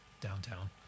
downtown